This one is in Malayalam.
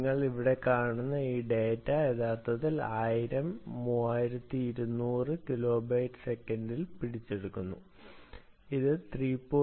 നിങ്ങൾ ഇവിടെ കാണുന്ന ഉപകരണം ഡാറ്റയെ യഥാർത്ഥത്തിൽ 1000 3200 കിലോബിറ്റ് സെക്കൻഡിൽ പിടിച്ചെടുക്കുന്നു ഇത് 3